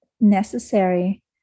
necessary